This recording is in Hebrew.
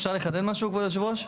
אפשר לחדד משהו, כבוד יושב הראש?